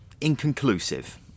inconclusive